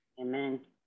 Amen